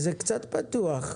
זה קצת פתוח.